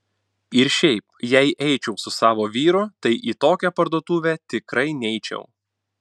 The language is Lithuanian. ir šiaip jei eičiau su savo vyru tai į tokią parduotuvę tikrai neičiau